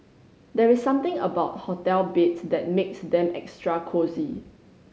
there is something about hotel beds that makes them extra cosy